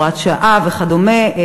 הוראת שעה וכדומה,